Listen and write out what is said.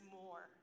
more